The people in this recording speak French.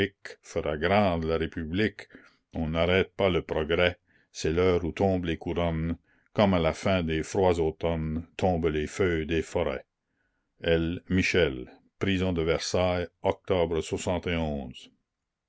fera grande la république la commune on n'arrête pas le progrès c'est l'heure où tombent les couronnes comme à la fin des froids automnes tombent les feuilles des forêts prison de versailles octobre